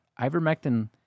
ivermectin